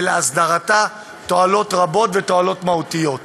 ולהסדרתה תועלת רבה ומהותית.